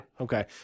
Okay